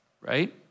right